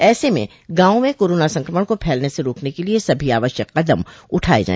ऐसे में गॉवों में कोरोना संक्रमण को फैलने से रोकने के लिए सभी आवश्यक कदम उठाये जाय